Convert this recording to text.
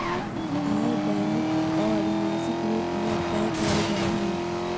आय दैनिक और मासिक रूप में तय कइल जा हइ